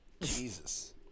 Jesus